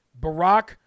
Barack